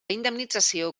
indemnització